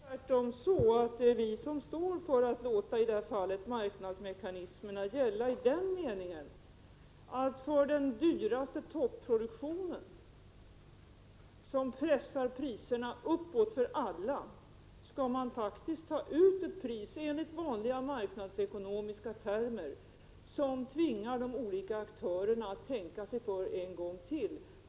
Herr talman! Det är tvärtom så att det är vi som står för att låta marknadsmekanismerna gälla, i den meningen att för den dyraste topproduktionen, som pressar priserna uppåt för alla, skall man ta ut ett pris enligt vanliga marknadsekonomiska kalkyler som tvingar de olika aktörerna att tänka sig för en gång till.